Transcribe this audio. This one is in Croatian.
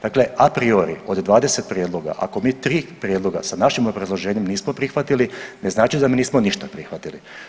Dakle, a priori od 20 prijedloga ako mi 3 prijedloga sa našim obrazloženjem nismo prihvatili ne znači da mi nismo ništa prihvatili.